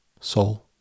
soul